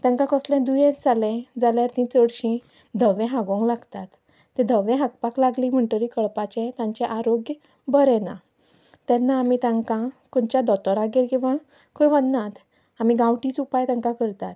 तांकां कसलें दुयेंस जालें जाल्यार तीं चडशीं धवें हागोंक लागतात तें धवें हागपाक लागलीं म्हणटरेर कळपाचें तांचें आरोग्य बरें ना तेन्ना आमी तांकां खंयच्या दोतोरागेर किंवां खंय व्हरनात आमी गांवटीच उपाय तांकां करतात